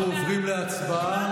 אנחנו עוברים להצבעה.